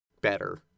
better